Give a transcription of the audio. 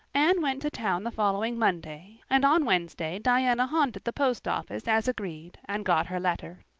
anne went to town the following monday and on wednesday diana haunted the post office, as agreed, and got her letter.